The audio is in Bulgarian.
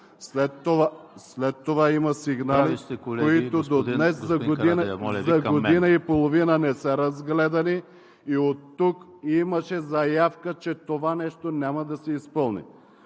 МУСТАФА КАРАДАЙЪ: ...които до днес за година и половина не са разгледани, и оттук имаше заявка, че това нещо няма да се изпълни.